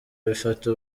bifata